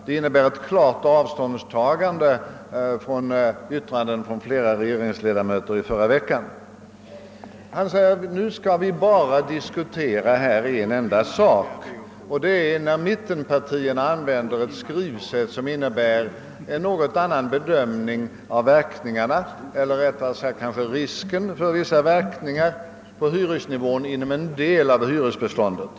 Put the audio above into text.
Det innebär ett klart avståndstagande från yttranden av flera regeringsledamöter under förra veckan. Herr Erlander säger att vi nu bara skall diskutera en enda sak, nämligen att mittenpartierna använder ett skrivsätt, som innebär en något annan bedömning av risken för vissa verkningar på hyresnivån inom en del av bostadsbeståndet.